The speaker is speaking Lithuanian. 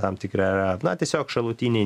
tam tikra na tiesiog šalutiniai